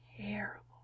terrible